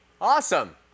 Awesome